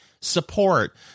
support